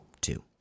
Two